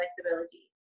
flexibility